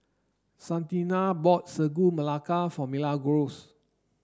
Santina bought Sagu Melaka for Milagros